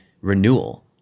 renewal